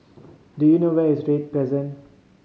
do you know where is Read Crescent